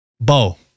Bo